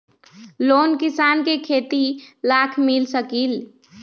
Loan किसान के खेती लाख मिल सकील?